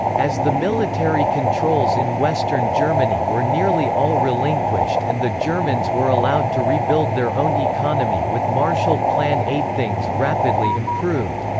as the military controls in western germany were nearly all relinquished and the germans were allowed to rebuild their own economy with marshall plan aid things rapidly improved.